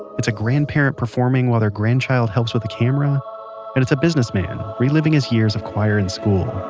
it's a grandparent performing while their grandchild helps with camera. and it's a businessman, reliving his years of choir in school.